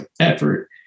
effort